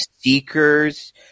seekers